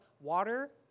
water